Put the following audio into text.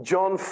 John